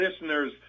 listeners